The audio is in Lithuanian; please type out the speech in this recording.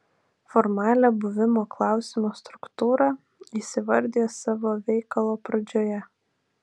formalią buvimo klausimo struktūrą jis įvardija savo veikalo pradžioje